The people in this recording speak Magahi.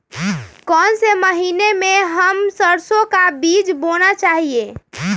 कौन से महीने में हम सरसो का बीज बोना चाहिए?